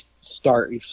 start